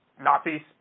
Nazis